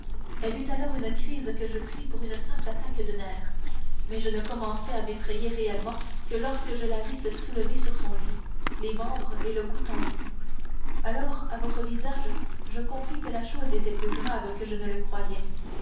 elle eut alors une crise que je pris pour une simple attaque de nerfs mais je ne commençai à m'effrayer réellement que lorsque je la vis se soulever sur son lit les membres et le cou tendus alors à votre visage je compris que la chose était plus grave que je ne le croyais